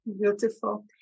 Beautiful